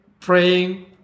praying